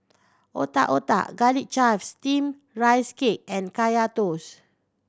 Otak Otak Garlic Chives Steamed Rice Cake and Kaya Toast